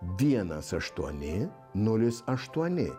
vienas aštuoni nulis aštuoni